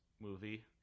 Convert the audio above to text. movie